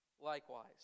likewise